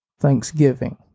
Thanksgiving